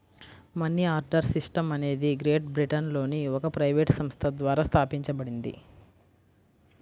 money order system అనేది Great బ్రిటన్లోని ఒక ప్రైవేట్ సంస్థ ద్వారా స్థాపించబడింది